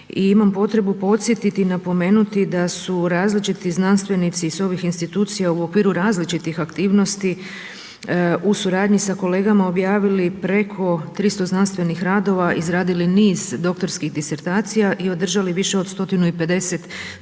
I imam potrebu podsjetiti i napomenuti da su različiti znanstvenici sa ovih institucija u okviru različitih aktivnosti u suradnji sa kolegama objavili preko 300 znanstvenih radova, izradili niz doktorskih disertacija i održali više od 150 stručnih